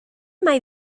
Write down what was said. mai